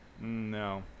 No